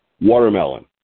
Watermelon